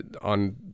on